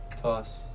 Toss